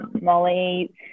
Molly